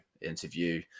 interview